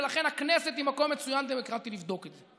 ולכן הכנסת היא מקום מצוין ודמוקרטי לבדוק את זה.